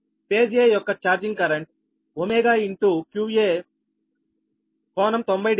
phase a యొక్క charging కరెంటుqa∟90డిగ్రీలు